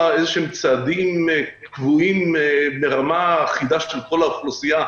לקבוע איזשהם צעדים קבועים ברמה אחידה של כל האוכלוסייה,